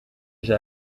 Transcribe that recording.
j’ai